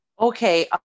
Okay